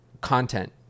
content